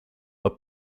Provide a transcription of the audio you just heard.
but